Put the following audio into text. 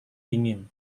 dingin